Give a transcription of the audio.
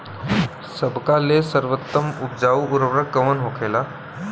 सबका ले सर्वोत्तम उपजाऊ उर्वरक कवन होखेला?